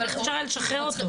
איך אפשר היה לשחרר אותו.